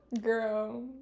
girl